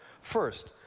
First